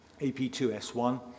AP2S1